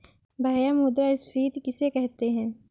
भैया मुद्रा स्फ़ीति किसे कहते हैं?